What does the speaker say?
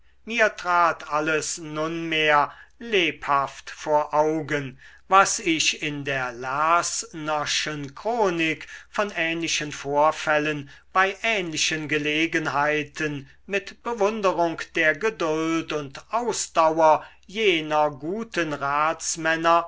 mir trat alles nunmehr lebhaft vor augen was ich in der lersnerschen chronik von ähnlichen vorfällen bei ähnlichen gelegenheiten mit bewunderung der geduld und ausdauer jener guten ratsmänner